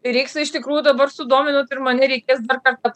reiks iš tikrųjų dabar sudominot ir mane reikės dar kartą